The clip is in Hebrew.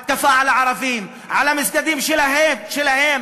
התקפה על הערבים, על המסגדים שלהם.